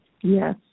Yes